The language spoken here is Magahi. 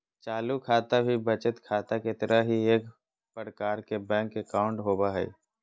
चालू खाता भी बचत खाता के तरह ही एक प्रकार के बैंक अकाउंट होबो हइ